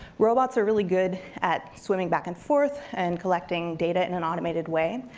robots are really good at swimming back and forth, and collecting data in an automated way.